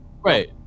right